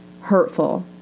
hurtful